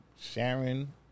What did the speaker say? Sharon